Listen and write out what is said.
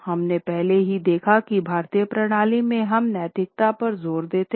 हमने पहले ही देखा की भारतीय प्रणाली में हम नैतिकता पर जोर देते हैं